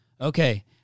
Okay